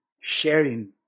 sharing